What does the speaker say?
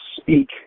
speak